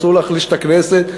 אסור להחליש את הכנסת,